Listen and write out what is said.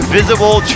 Visible